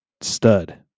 stud